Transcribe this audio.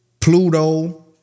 Pluto